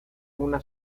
una